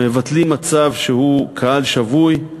מבטלים מצב שהוא קהל שבוי,